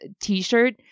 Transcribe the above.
T-shirt